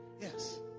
Yes